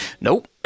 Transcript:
Nope